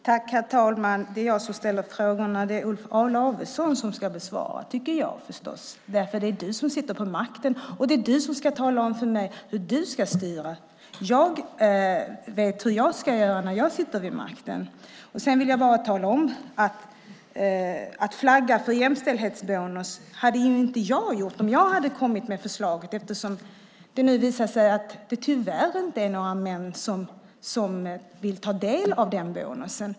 Herr talman! Det är jag som ställer frågorna och Olof Lavesson som ska besvara dem. Det är du som sitter vid makten och som ska tala om för mig hur du ska styra. Jag vet hur jag ska göra när jag sitter vid makten. Sedan vill jag bara tala om att om jag hade kommit med förslaget skulle jag inte ha flaggat för jämställdhetsbonus. Nu visar det sig att det tyvärr inte är några män som vill ta del av den bonusen.